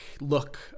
look